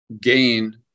gain